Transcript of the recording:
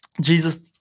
Jesus